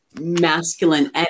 masculine